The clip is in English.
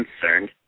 concerned